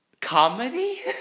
comedy